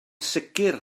sicr